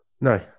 No